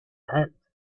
tent